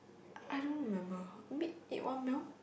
I don't remember meet eat one meal